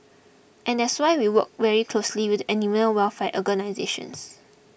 and that's why we work very closely with the animal welfare organisations